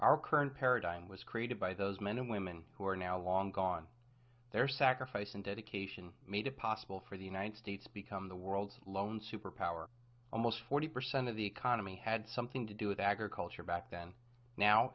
our current paradigm was created by those men and women who are now long gone their sacrifice and dedication made it possible for the united states become the world's lone superpower almost forty percent of the economy had something to do with agriculture back then now